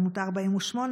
עמותה 48,